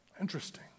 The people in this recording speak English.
Interesting